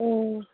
اۭں